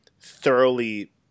thoroughly